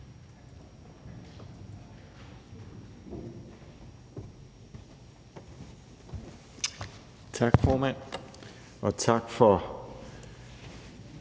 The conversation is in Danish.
Tak for det, og tak for